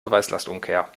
beweislastumkehr